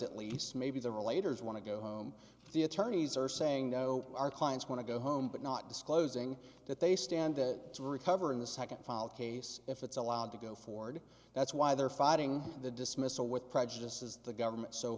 at least maybe the relator is want to go home the attorneys are saying no our clients want to go home but not disclosing that they stand to recover in the second fall case if it's allowed to go forward that's why they're fighting the dismissal with prejudice is the government so